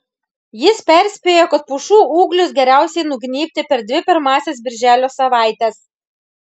jis perspėjo kad pušų ūglius geriausiai nugnybti per dvi pirmąsias birželio savaites